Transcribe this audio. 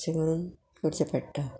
अशें करून करचें पडटा